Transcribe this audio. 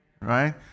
right